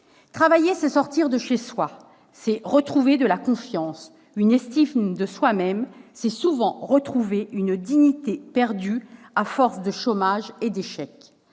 Travailler, c'est sortir de chez soi ; c'est retrouver de la confiance, une estime de soi-même ; c'est, souvent, retrouver une dignité perdue à force de chômage et d'échecs.